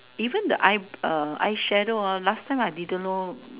even the eye uh eyeshadow ah last time I didn't know